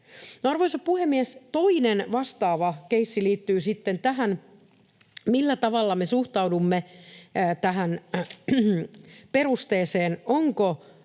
Arvoisa puhemies! Toinen vastaava keissi liittyy sitten tähän, millä tavalla me suhtaudumme tähän perusteeseen,